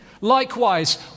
Likewise